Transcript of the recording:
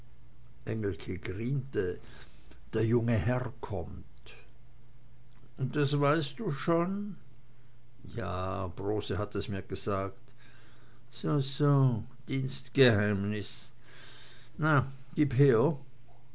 griente der junge herr kommt und das weißt du schon ja brose hat es mir gesagt so so dienstgeheimnis na gib her